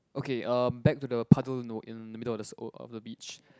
okay um back to the puddle no in the middle s~ of the beach